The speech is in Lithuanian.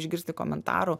išgirsti komentarų